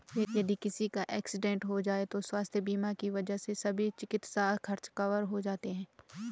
यदि किसी का एक्सीडेंट हो जाए तो स्वास्थ्य बीमा की वजह से सभी चिकित्सा खर्च कवर हो जाते हैं